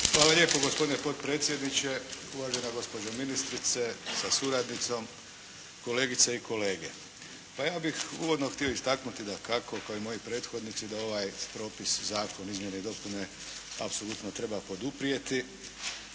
Hvala lijepo gospodine potpredsjedniče, uvažena gospođo ministrice sa suradnicom, kolegice i kolege. Pa ja bih uvodno htio istaknuti dakako kao i moji prethodnici da ovaj propis, zakon, izmjene i dopune apsolutno treba poduprijeti